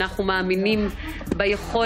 כך גם אגיד לך כמה מילים על השיח שבחרת